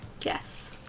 Yes